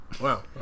Wow